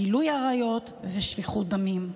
גילוי עריות ושפיכות דמים.